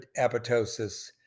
apoptosis